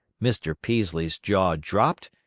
mr. peaslee's jaw dropped,